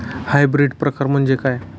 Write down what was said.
Hybrid प्रकार म्हणजे काय?